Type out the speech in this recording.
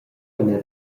ina